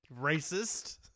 Racist